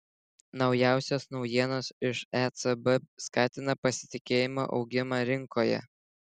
naujausios naujienos iš ecb skatina pasitikėjimo augimą rinkoje